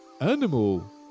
animal